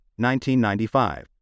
1995